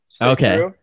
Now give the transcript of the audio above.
Okay